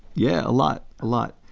yeah, a lot. a lot.